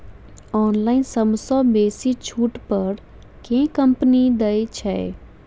Online सबसँ बेसी छुट पर केँ कंपनी दइ छै?